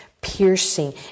piercing